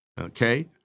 Okay